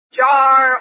jar